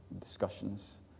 discussions